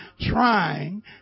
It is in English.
trying